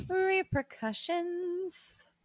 Repercussions